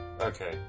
Okay